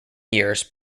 years